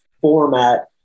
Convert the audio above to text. format